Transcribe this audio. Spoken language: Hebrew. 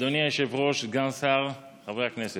אדוני היושב-ראש, סגן השר, חברי הכנסת,